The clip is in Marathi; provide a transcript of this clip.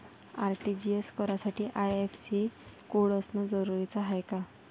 आर.टी.जी.एस करासाठी आय.एफ.एस.सी कोड असनं जरुरीच हाय का?